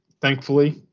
thankfully